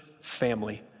family